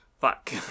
fuck